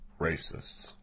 racists